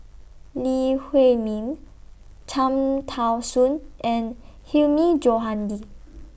Lee Huei Min Cham Tao Soon and Hilmi Johandi